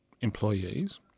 employees